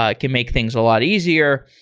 ah can make things a lot easier.